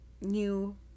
new